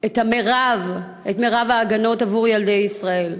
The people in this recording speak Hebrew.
את המרב, את מרב ההגנות עבור ילדי ישראל.